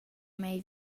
mei